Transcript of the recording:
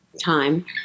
time